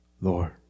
Lord